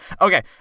Okay